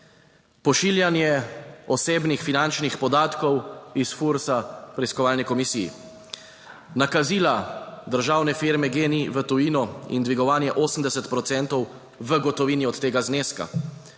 pošiljanje osebnih finančnih podatkov iz Fursa preiskovalni komisiji, nakazila državne firme Gen-i v tujino in dvigovanje 80 procentov v gotovini od tega zneska.